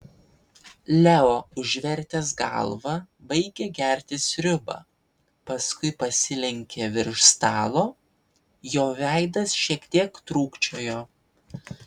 leo užvertęs galvą baigė gerti sriubą paskui pasilenkė virš stalo jo veidas šiek tiek trūkčiojo